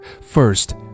First